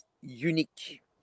unique